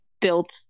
built